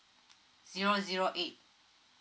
zero zero eight